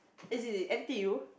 as in N_T_U